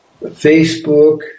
Facebook